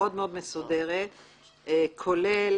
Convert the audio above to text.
מאוד מסודרת כולל